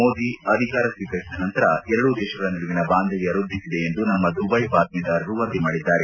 ಮೋದಿ ಅಧಿಕಾರ ಸ್ವೀಕರಿಸಿದ ನಂತರ ಎರಡೂ ದೇಶಗಳ ನಡುವಿನ ಬಾಂಧವ್ಯ ವ್ಯದ್ಧಿಸಿದೆ ಎಂದು ನಮ್ಮ ದುಬೈ ಬಾತ್ಮೀದಾರರು ವರದಿ ಮಾಡಿದ್ದಾರೆ